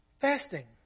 fasting